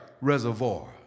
Reservoir